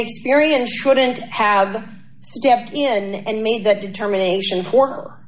experience shouldn't have stepped in and made that determination for